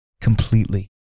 completely